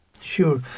Sure